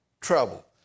trouble